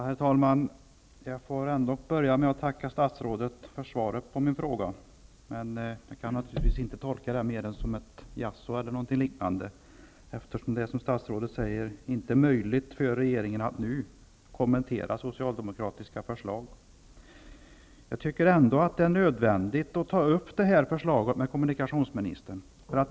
Herr talman! Jag får ändock börja med att tacka statsrådet för svaret på min fråga. Men jag kan naturligtvis inte tolka det som något mer än jaså. Statsrådet säger ju att det inte är möjligt för regeringen att nu kommentera socialdemokratiska förslag. Jag tycker ändå att det är nödvändigt att ta upp förslaget med kommunikationsministern.